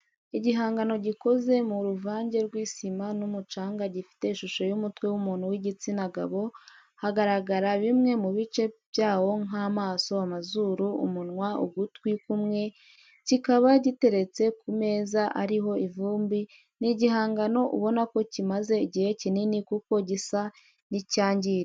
Igihangano gikoze mu ruvange rw'isima n'umucanga gifite ishusho y'umutwe w'umuntu w'igitsina gabo hagaragara bimwe mu bice byawo nk'amaso amazuru, umunwa ugutwi kumwe kikaba giteretse ku meza ariho ivumbi ni igihangano ubona ko kimaze igihe kinini kuko gisa n'icyangiritse.